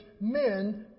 men